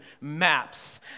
maps